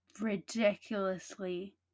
Ridiculously